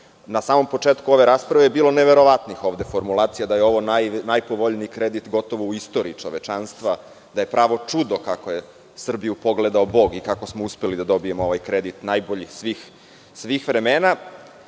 na samom početku ove rasprave je bilo neverovatnih formulacija da je ovo najpovoljniji kredit gotovo u istoriji čovečanstva, da je pravo čudo kako je Srbiju pogledao Bog i kako smo uspeli da dobijemo ovaj kredit najbolji svih vremena. To